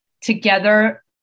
together